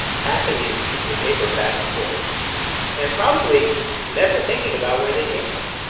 passing these pieces of paper back-and-forth and probably never thinking about where they came from